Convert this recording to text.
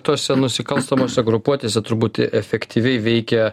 tose nusikalstamose grupuotėse turbūt efektyviai veikia